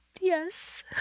Yes